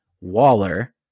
Waller